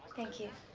thank you.